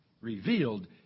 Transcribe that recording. revealed